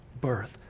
birth